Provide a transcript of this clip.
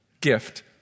gift